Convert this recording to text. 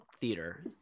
theater